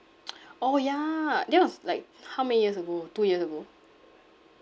orh ya that was like how many years ago two years ago